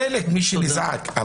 חלק מי שנזעק,